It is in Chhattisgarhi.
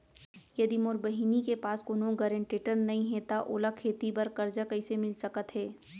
यदि मोर बहिनी के पास कोनो गरेंटेटर नई हे त ओला खेती बर कर्जा कईसे मिल सकत हे?